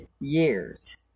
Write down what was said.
years